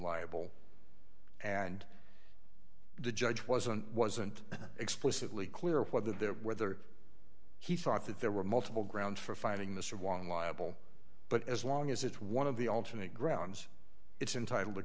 liable and the judge wasn't wasn't explicitly clear whether that whether he thought that there were multiple grounds for finding this of one liable but as long as it's one of the alternate grounds it's entitle t